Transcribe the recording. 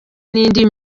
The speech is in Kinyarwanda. n’indi